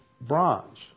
bronze